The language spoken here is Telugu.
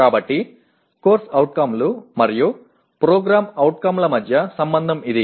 కాబట్టి CO లు మరియు PO ల మధ్య సంబంధం ఇది